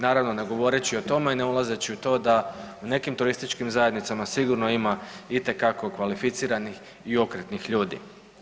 Naravno ne govoreći o tome i ne ulazeći u to da u nekim turističkim zajednicama sigurno ima itekako kvalificiranih i okretnih ljudi.